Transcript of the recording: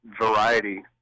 variety